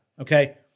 Okay